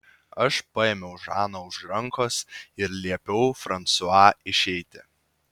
aš paėmiau žaną už rankos ir liepiau fransua išeiti